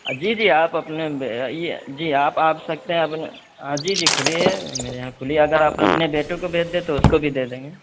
جی جی آپ اپنے جی جی آپ آپ سکتے ہیں اپنے جی جی کھلی ہے میرے یہاں کھلی ہے اگر آپ اپنے بیٹے کو بھیج دیں تو اس کو بھی دے دیں گے